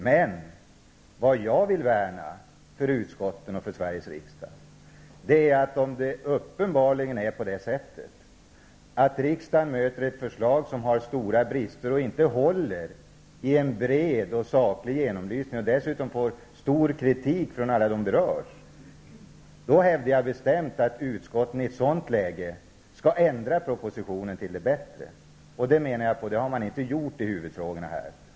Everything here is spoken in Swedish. Men om riksdagen möter ett förslag som uppenbarligen har stora brister och inte håller vid en bred och saklig genomlysning och dessutom får stor kritik från alla som berörs, då hävdar jag bestämt att utskotten i ett sådant läge skall ändra propositionen till det bättre. Jag menar att man inte gjort detta i huvudfrågorna här.